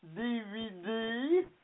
DVD